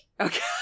Okay